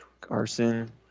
Carson